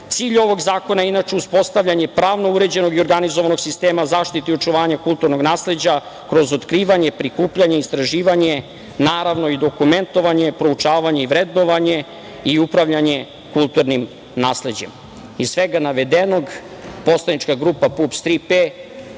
sebe. Cilj ovog zakona je inače uspostavljanje pravno uređenog i organizovanog sistema zaštite i očuvanja kulturnog nasleđa kroz otkrivanje, prikupljanje, istraživanje, naravno, i dokumentovanje, proučavanje i vrednovanje i upravljanje kulturnim nasleđem. Iz svega navedenog, poslanička grupa PUPS